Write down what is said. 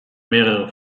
mehrere